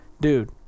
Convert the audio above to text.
dude